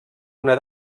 una